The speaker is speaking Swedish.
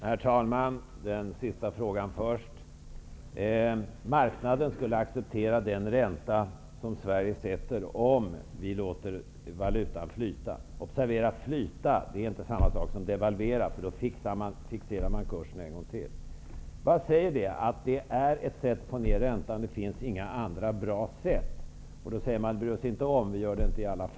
Herr talman! Jag tar först upp den sista frågan. Marknaden skulle acceptera den ränta som Sverige sätter, om vi låter valutan flyta. Observera att flyta inte är detsamma som att devalvera, för en devalvering innebär att kursen fixeras ytterligare en gång. Det sägs att detta är ett sätt att få ned räntan. Det finns inte några andra bra sätt. Kds förfäras alltid när man tar upp biståndsfrågor.